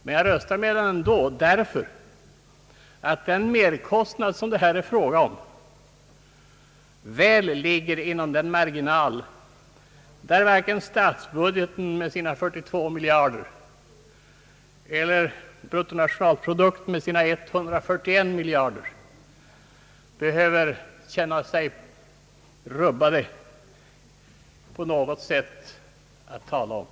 Men jag röstar med reservationen ändå, därför att den merkostnad som det är fråga om väl ligger inom den marginal, där varken statsbudgeten med sina 42 miljarder eller bruttonationalprodukten med sina 141 miljarder kronor behöver vidkännas någon nämnvärd rubbning.